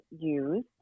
use